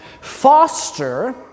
Foster